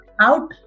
out